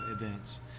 events